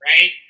right